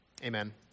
Amen